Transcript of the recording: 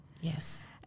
Yes